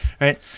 right